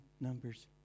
numbers